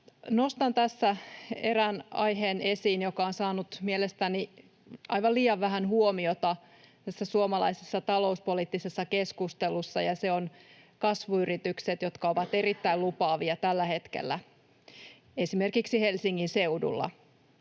Nostan tässä esiin erään aiheen, joka on saanut mielestäni aivan liian vähän huomiota tässä suomalaisessa talouspoliittisessa keskustelussa, ja se on kasvuyritykset, jotka ovat erittäin lupaavia tällä hetkellä esimerkiksi Helsingin seudulla.